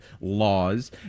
laws